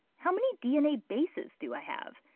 how many dna bases do i have?